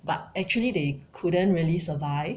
but actually they couldn't really survive